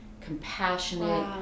compassionate